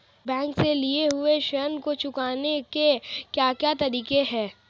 Bank से लिए हुए ऋण को चुकाने के क्या क्या तरीके हैं?